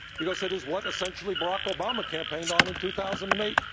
because it is what essentially barack obama campaigned on in two thousand and eight.